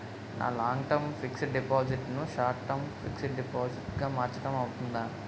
నా long term fixed deposit ను short term deposit గా మార్చటం అవ్తుందా?